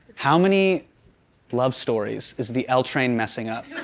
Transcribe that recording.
how many love stories is the l train messing up?